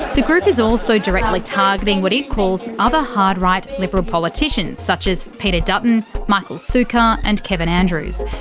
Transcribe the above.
the group is also directly targeting what it calls other hard right liberal politicians such as peter dutton, michael sukkar and kevin andrews.